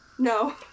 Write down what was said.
No